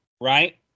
right